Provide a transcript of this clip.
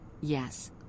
Yes